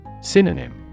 Synonym